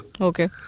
Okay